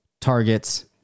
targets